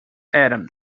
adam